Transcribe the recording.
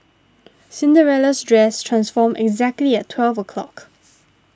Cinderella's dress transformed exactly at twelve o'clock